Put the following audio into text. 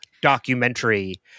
documentary